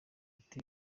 ati